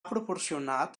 proporcionat